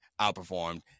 outperformed